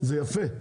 זה יפה,